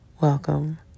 welcome